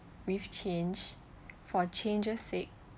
with change for changes sake